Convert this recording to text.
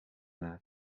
naar